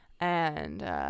And-